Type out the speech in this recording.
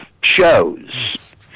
shows